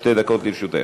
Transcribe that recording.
שתי דקות לרשותך.